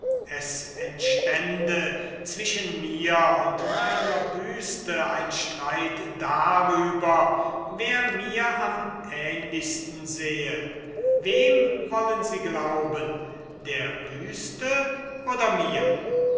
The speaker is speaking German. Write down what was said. es entstünde zwischen mir und meiner büste ein streit darüber wer mir am ähnlichsten sehe wem wollen sie glauben der büste oder mir